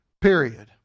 period